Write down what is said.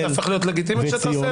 זה הופך להיות לגיטימי כשאתה עושה את זה?